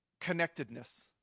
connectedness